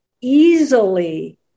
easily